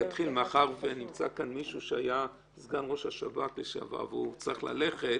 ומאחר שנמצא כאן מישהו שהיה סגן ראש השב"כ והוא צריך ללכת,